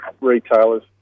retailers